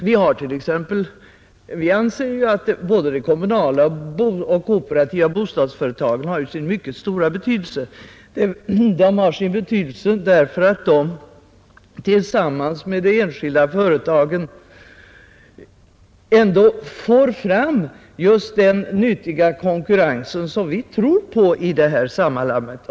Vi anser att både de kommunala och de kooperativa bostadsföretagen har sin mycket stora betydelse, därför att de tillsammans med de enskilda företagen ändå får fram just den nyttiga konkurrens som vi tror på i det här sammanhanget.